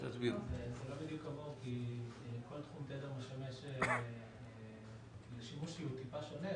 זה לא בדיוק כמוהו כי כל תחום תדר משמש לשימוש שהוא טיפה שונה.